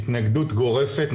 התנגדות גורפת,